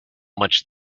much